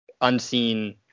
unseen